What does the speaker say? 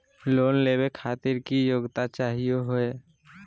Loan लेवे खातीर की योग्यता चाहियो हे?